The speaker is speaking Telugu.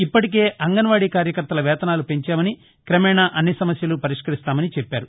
ఇప్పటికే అంగన్వాడీ కార్యకర్తల వేతనాలు పెంచామని క్రమేణా అన్ని సమస్యలు పరిష్కరిస్తామన్నారు